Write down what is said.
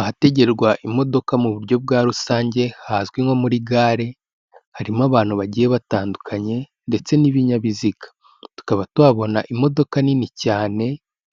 Ahategerwa imodoka mu buryo bwa rusange hazwi nko muri gare, harimo abantu bagiye batandukanye ndetse n'ibinyabiziga, tukaba tuhabona imodoka nini cyane